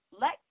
Let